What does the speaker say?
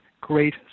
great